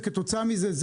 וכתוצאה מזה,